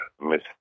Miss